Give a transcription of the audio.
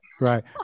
Right